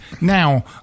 Now